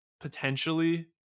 potentially